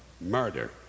murder